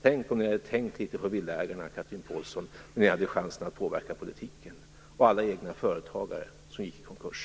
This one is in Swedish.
Tänk om ni hade tänkt litet på villaägarna, Chatrine Pålsson, när ni hade chansen att påverka politiken, och på alla egna företagare som gick i konkurs.